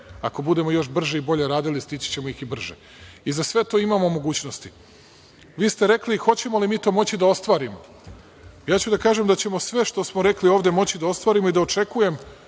Ako budemo još brže i bolje radili, stići ćemo ih i brže. Za sve to imamo mogućnosti. Vi ste rekli – hoćemo li mi to moći da ostvarimo? Ja ću da kažem da ćemo sve što smo rekli ovde moći da ostvarimo i da očekujem,